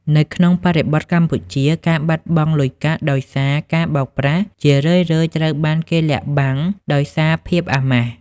នៅក្នុងបរិបទកម្ពុជា ការបាត់បង់លុយកាក់ដោយសារការបោកប្រាស់ ជារឿយៗត្រូវបានគេលាក់បាំងដោយសារភាពអាម៉ាស់។